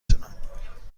تونم